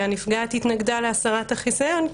שהנפגעת התנגדה להסרת החיסיון,